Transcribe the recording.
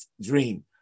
dream